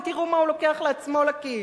ותראו מה הוא לוקח לעצמו לכיס.